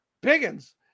piggins